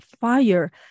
fire